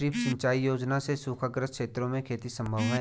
drip सिंचाई योजना से सूखाग्रस्त क्षेत्र में खेती सम्भव है